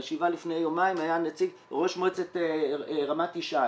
בישיבה לפני יומיים היה ראש מועצת רמת ישי.